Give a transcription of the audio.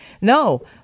No